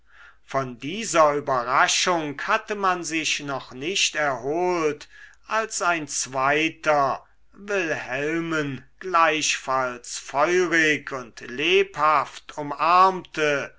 von dieser überraschung hatte man sich noch nicht erholt als ein zweiter wilhelmen gleichfalls feurig und lebhaft umarmte